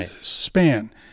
span